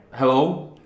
Hello